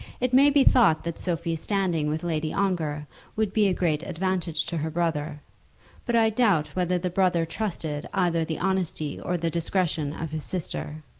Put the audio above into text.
it may be thought that sophie's standing with lady ongar would be a great advantage to her brother but i doubt whether the brother trusted either the honesty or the discretion of his sister.